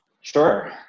Sure